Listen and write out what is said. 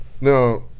Now